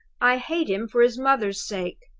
i hate him for his mother's sake.